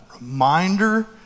reminder